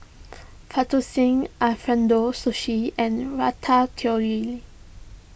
Fettuccine Alfredo Sushi and Ratatouille